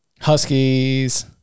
Huskies